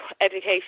education